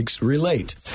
relate